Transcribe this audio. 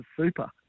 super